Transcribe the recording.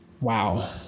Wow